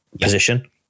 position